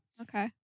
Okay